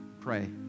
Pray